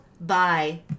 bye